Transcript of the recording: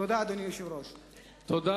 אדוני היושב-ראש, תודה.